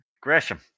Gresham